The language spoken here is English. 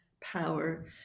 power